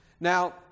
Now